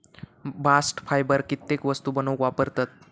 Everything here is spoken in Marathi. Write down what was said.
बास्ट फायबर कित्येक वस्तू बनवूक वापरतत